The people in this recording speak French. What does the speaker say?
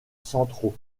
centraux